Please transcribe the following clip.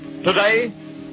Today